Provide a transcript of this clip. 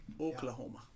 oklahoma